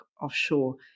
offshore